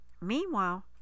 Meanwhile